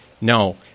no